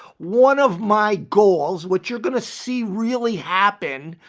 one of my goals, what you're going to see really happened